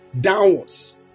downwards